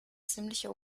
ziemliche